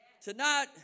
Tonight